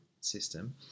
system